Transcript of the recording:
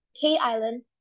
K-Island